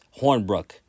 Hornbrook